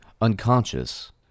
Unconscious